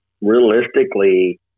realistically